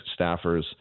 staffers